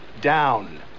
down